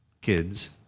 kids